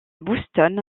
boston